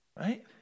right